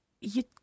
you